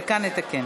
דקה, נתקן.